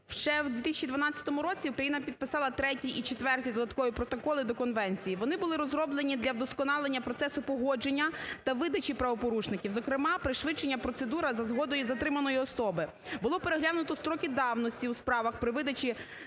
Ще у 2012 році Україна підписала Третій і Четвертий додаткові протоколи до конвенції, вони були розроблені для вдосконалення процесу погодження та видачі правопорушників. Зокрема, пришвидшена процедура за згодою затриманої особи, було переглянуто строки давності у справах при видачі,